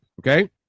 Okay